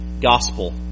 gospel